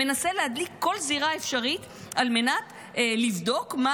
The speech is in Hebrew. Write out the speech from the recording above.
הוא מנסה להדליק כל זירה אפשרית על מנת לבדוק מה